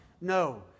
No